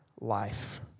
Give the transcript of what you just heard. life